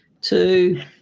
two